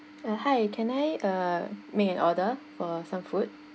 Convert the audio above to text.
uh hi can I uh make an order for some food